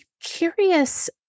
curious